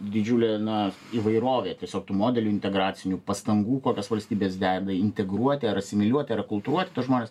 didžiulė na įvairovė tiesiog tų modelių integracinių pastangų kokias valstybės deda integruoti ar asimiliuoti ar akultūruoti tuos žmones